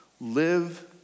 Live